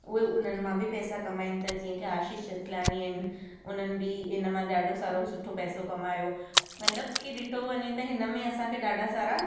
उहे उन्हनि मां बि पैसा कमाइनि था जीअं की आशीष चंचलानि आहिनि उन्हनि बि इन मां ॾाढो सारो सुठो पैसो कमायो मतिलबु कि ॾिठो वञे त हिन में असांखे ॾाढा सारा